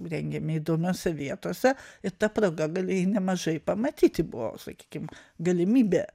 rengiami įdomiose vietose ir ta proga galėjai nemažai pamatyti buvo sakykim galimybė